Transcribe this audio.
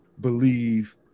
believe